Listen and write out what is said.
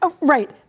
Right